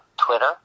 Twitter